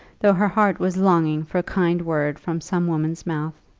though her heart was longing for a kind word from some woman's mouth.